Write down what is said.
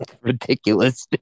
Ridiculous